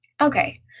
Okay